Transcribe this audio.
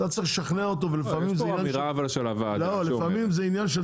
אתה צריך לשכנע אותו ולפעמים זה עניין -- נכון,